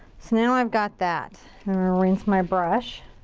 so now i've got that. i'm gonna rinse my brush.